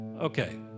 okay